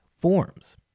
forms